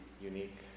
unique